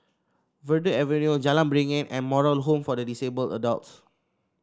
Verde Avenue Jalan Beringin and Moral Home for Disabled Adults